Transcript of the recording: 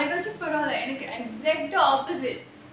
இது வாச்சும் பரவால்ல:idhu vaachum paravala exact opposite